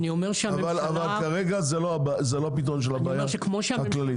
אבל זה כרגע לא הפתרון של הבעיה הכללית.